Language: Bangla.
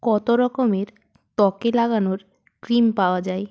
কত রকমের ত্বকে লাগানোর ক্রিম পাওয়া যায়